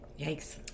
Yikes